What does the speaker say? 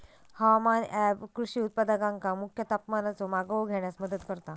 हवामान ऍप कृषी उत्पादकांका मुख्य तापमानाचो मागोवो घेण्यास मदत करता